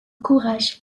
courage